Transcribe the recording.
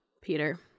Peter